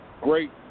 Great